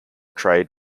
trade